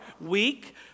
weak